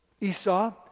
Esau